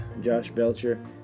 JoshBelcher